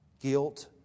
guilt